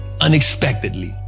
unexpectedly